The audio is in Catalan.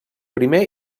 primer